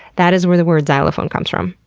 that is where the word xylophone comes from.